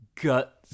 gut